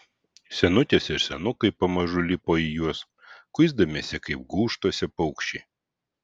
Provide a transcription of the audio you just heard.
senutės ir senukai pamažu lipo į juos kuisdamiesi kaip gūžtose paukščiai